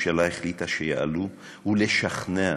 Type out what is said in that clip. שהממשלה החליטה שיעלו, לשכנע